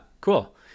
Cool